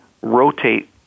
rotate